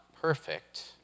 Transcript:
perfect